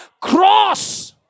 Cross